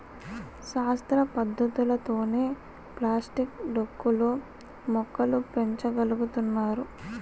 శాస్త్ర పద్ధతులతోనే ప్లాస్టిక్ డొక్కు లో మొక్కలు పెంచ గలుగుతున్నారు